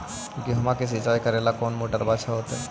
गेहुआ के सिंचाई करेला कौन मोटरबा अच्छा होतई?